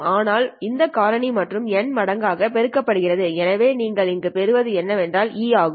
ஆனால் இந்த காரணி ஆனது N மடங்காக பெருக்கப்படுகிறது எனவே நீங்கள் இங்கு பெறுவது என்னவென்றால் e NαLa ஆகும்